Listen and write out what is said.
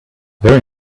very